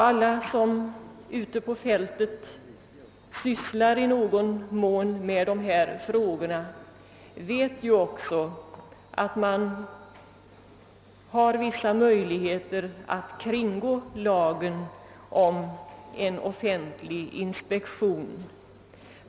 Alla som ute på fältet i någon mån sysslar med dessa frågor vet också, att det finns möjligheter att kringgå lagen om offentlig inspektion.